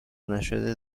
نشده